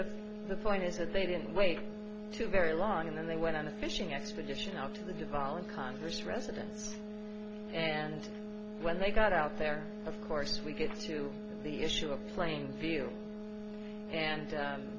have the point is that they didn't wait two very long and then they went on a fishing expedition after the fall in congress residence and when they got out there of course we get to the issue of plainfield and